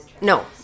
no